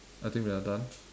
I think we are done